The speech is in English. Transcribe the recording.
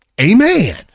amen